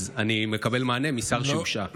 אז אני מקבל מענה משר שהושעה.